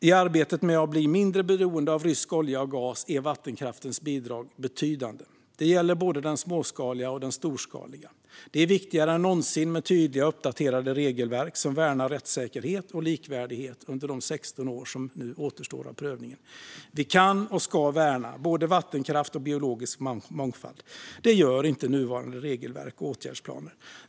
I arbetet med att bli mindre beroende av rysk olja och gas är vattenkraftens bidrag betydande. Det gäller både den småskaliga och den storskaliga vattenkraften. Det är viktigare än någonsin med tydliga och uppdaterade regelverk som värnar rättssäkerhet och likvärdighet under de 16 år som återstår av prövningen. Vi kan och ska värna både vattenkraft och biologisk mångfald. Det gör inte nuvarande regelverk och åtgärdsplaner.